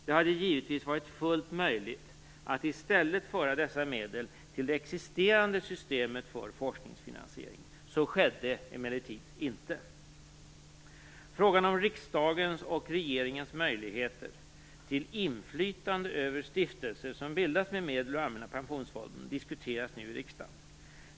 Det hade givetvis varit fullt möjligt att i stället föra dessa medel till det existerande systemet för forskningsfinansiering. Så skedde emellertid inte. Allmänna pensionsfonden diskuteras nu i riksdagen.